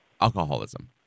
alcoholism